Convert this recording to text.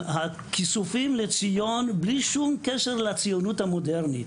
את הכיסופים לציון בלי שום קשר לציונות המודרנית